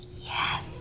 yes